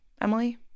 Emily